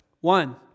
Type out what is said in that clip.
One